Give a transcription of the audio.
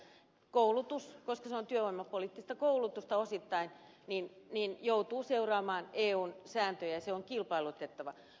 koulutuksen kohdalla koska se on työvoimapoliittista koulutusta osittain joudutaan seuraamaan eun sääntöjä ja se on kilpailutettava